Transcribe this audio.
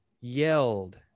yelled